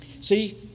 See